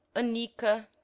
a menina,